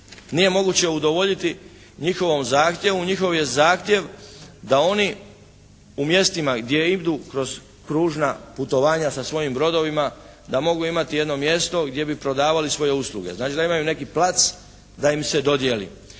Nije moguće udovoljiti njihovom zahtjevu. Njihov je zahtjev da oni u mjestima gdje idu kroz kružna putovanja sa svojim brodovima da mogu imati jedno mjesto gdje bi prodavali svoje usluge. Znači, da imaju neki plac da im se dodijeli.